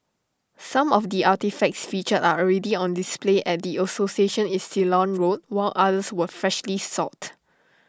some of the artefacts featured are already on display at the association in Ceylon road while others were freshly sought